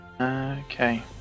Okay